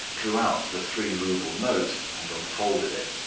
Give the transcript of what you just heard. drew out the three-rouble note, and unfolded it.